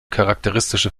charakteristische